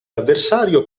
l’avversario